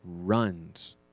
runs